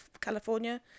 California